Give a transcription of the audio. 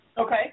Okay